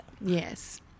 Yes